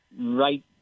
right